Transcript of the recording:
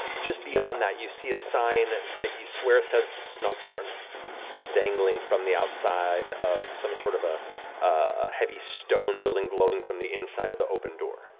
just beyond that, you see a sign that you swear says smeltborne that is dangling from the outside of some sort of ah a heavy, stone building glowing from the inside of the open door.